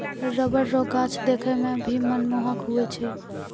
rubber रो गाछ देखै मे भी मनमोहक हुवै छै